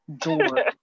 door